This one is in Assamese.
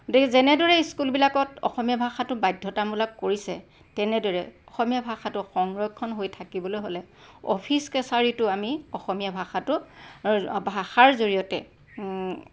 গতিকে যেনেদৰে স্কুলবিলাকত অসমীয়া ভাষাটো বাধ্যাতামূলক কৰিছে তেনেদৰে অসমীয়া ভাষাটো সংৰক্ষণ হৈ থাকিবলৈ হ'লে অফিচ কাছাৰীটো আমি অসমীয়া ভাষাতো ভাষাৰ জৰিয়তে